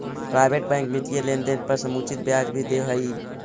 private bank वित्तीय लेनदेन पर समुचित ब्याज भी दे हइ